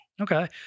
Okay